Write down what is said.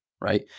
right